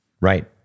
Right